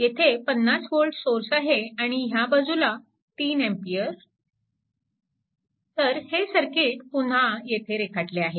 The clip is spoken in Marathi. येथे 50V सोर्स आहे आणि ह्या बाजूला 3A तर हे सर्किट येथे पुन्हा रेखाटले आहे